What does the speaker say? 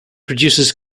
produces